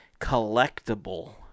collectible